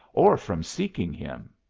or from seeking him.